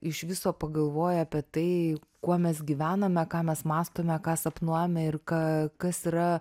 iš viso pagalvoja apie tai kuo mes gyvename ką mes mąstome ką sapnuojame ir ką kas yra